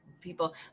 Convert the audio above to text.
people